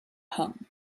home